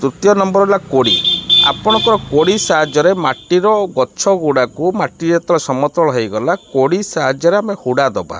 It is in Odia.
ତୃତୀୟ ନମ୍ବର ହେଲା କୋଡ଼ି ଆପଣଙ୍କ କୋଡ଼ି ସାହାଯ୍ୟରେ ମାଟିର ଗଛ ଗୁଡ଼ାକୁ ମାଟି ଯେତେବେଳେ ସମତଳ ହେଇଗଲା କୋଡ଼ି ସାହାଯ୍ୟରେ ଆମେ ହୁଡ଼ା ଦବା